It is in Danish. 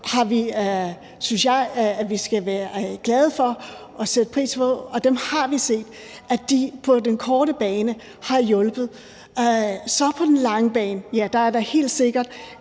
synes jeg vi skal være glade for og sætte pris på. Og vi har set, at de på den korte bane har hjulpet. Så er der på den lange bane helt sikkert